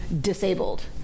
disabled